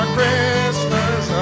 Christmas